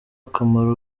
akamaro